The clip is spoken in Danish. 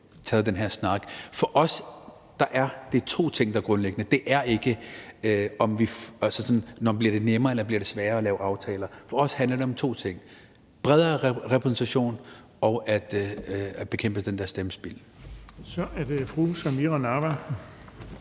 taget den her snak. For os er det to ting, der er grundlæggende, og det er ikke, om det sådan bliver nemmere eller det bliver sværere at lave aftaler. For os handler det om to ting: En bredere repræsentation og at bekæmpe stemmespild. Kl. 18:15 Den fg.